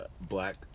black